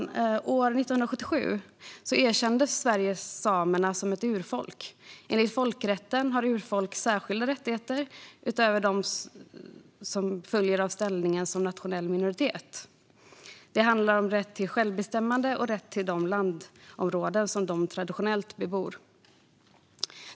År 1977 erkände Sverige samerna som ett urfolk. Enligt folkrätten har urfolk särskilda rättigheter utöver de rättigheter som följer av ställningen som nationell minoritet. Det handlar om rätt till självbestämmande och rätt till de landområden som de traditionellt bebor.